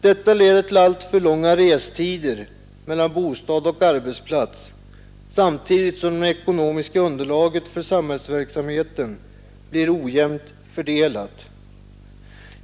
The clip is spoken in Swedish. Detta leder till alltför långa restider mellan bostad och arbetsplats, samtidigt som det ekonomiska underlaget för samhällsverksamheten blir ojämnt fördelat.